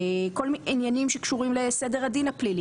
עניינים שקשורים לסדר הדין הפלילי?